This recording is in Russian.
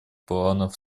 планов